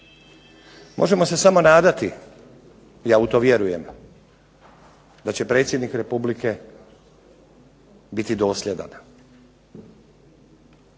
Možemo se samo nadati, ja u to vjerujem, da će predsjednik Republike biti dosljedan,